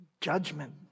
judgment